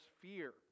fear